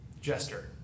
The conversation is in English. jester